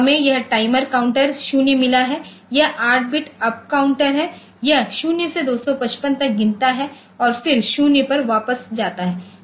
तो हमें यह टाइमर काउंटर 0 मिला है यह 8 बिट अप काउंटर है यह 0 से 255 तक गिनता है और फिर 0 पर वापस जाता है